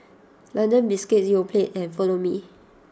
London Biscuits Yoplait and Follow Me